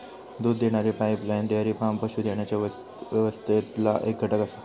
दूध देणारी pipeline dairy farm पशू देण्याच्या व्यवस्थेतला एक घटक हा